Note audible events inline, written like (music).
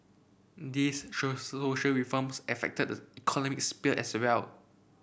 these (unintelligible) social reforms affected economic sphere as well